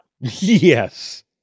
yes